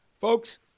Folks